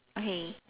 okay